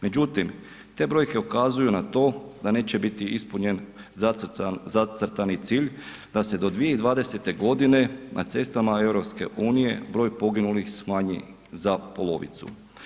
Međutim, te brojke ukazuju na to da neće biti ispunjen zacrtani cilj da se do 2020. godine na cestama EU broj poginulih smanji za polovicu.